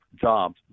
jobs